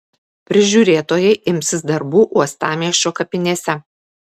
prižiūrėtojai imsis darbų uostamiesčio kapinėse